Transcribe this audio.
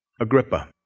Agrippa